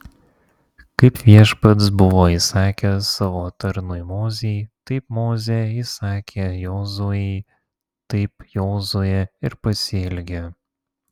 kaip viešpats buvo įsakęs savo tarnui mozei taip mozė įsakė jozuei taip jozuė ir pasielgė